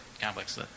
complex